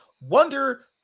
Wonder